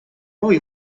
mooie